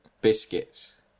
Biscuits